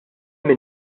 min